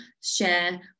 share